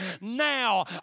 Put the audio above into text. now